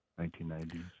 1990s